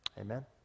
Amen